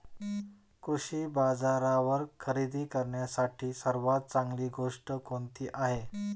कृषी बाजारावर खरेदी करण्यासाठी सर्वात चांगली गोष्ट कोणती आहे?